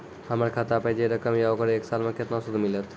हमर खाता पे जे रकम या ओकर एक साल मे केतना सूद मिलत?